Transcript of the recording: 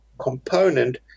component